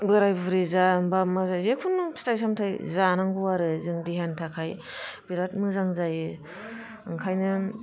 बोराय बुरि जा बा जेखुनु फिथाइ सामथाइ जानांगौ आरो जों देहानि थाखाय बिराद मोजां जायो ओंखायनो